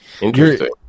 interesting